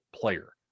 player